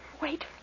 Wait